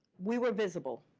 we were visible.